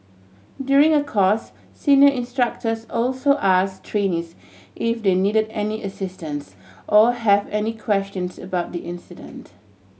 during a course senior instructors also ask trainees if they needed any assistance or have any questions about the incident